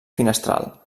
finestral